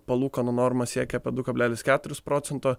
palūkanų norma siekia apie du kablelis keturis procento